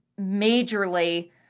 majorly